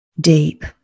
Deep